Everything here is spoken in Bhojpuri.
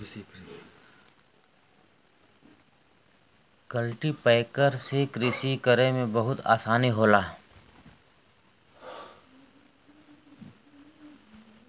कल्टीपैकर से कृषि करे में बहुते आसानी होला